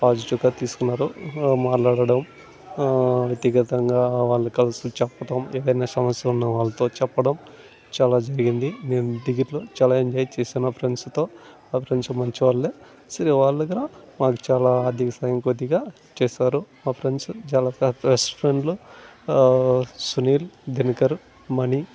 పాజిటివ్గా తీసుకున్నారు మాట్లాడటం ఆ వ్యక్తిగతంగా వాళ్ళు కలిసి చెప్పటం ఏదన్నా సమస్యలున్నా వాల్లతో చెప్పటం చాలా జరిగింది నేను డిగ్రీలో చాలా ఎంజాయ్ చేసాను నా ఫ్రెండ్స్తో మా ఫ్రెండ్స్ మంచివాళ్ళే సరే వాళ్ళ దగ్గర వాళ్ళు చాలా ఆర్ధికసాయం కొద్దిగా చేసారు మా ఫ్రెండ్స్ చాలా బెస్ట్ ఫ్రెండ్లు ఆ సునీల్ దినకరు మణి చ చర